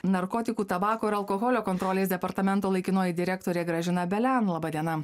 narkotikų tabako ir alkoholio kontrolės departamento laikinoji direktorė gražina belian laba diena pravėdina